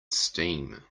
steam